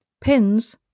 pins